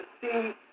see